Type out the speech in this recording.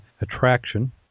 attraction